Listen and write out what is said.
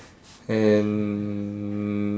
and